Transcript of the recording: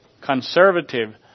Conservative